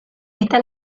está